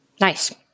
Nice